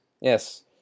Yes